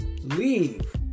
leave